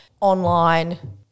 online